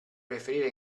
preferire